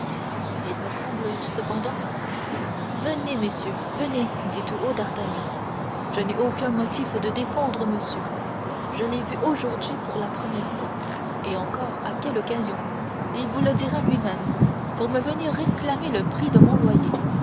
il me semble cependant venez messieurs venez dit tout haut d'artagnan je n'ai aucun motif de défendre monsieur je l'ai vu aujourd'hui pour la première fois et encore à quelle occasion il vous le dira luimême pour me venir réclamer le prix de mon loyer